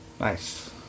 Nice